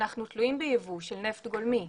אנחנו תלויים ביבוא של נפט גולמי.